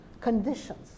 conditions